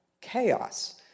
chaos